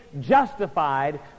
justified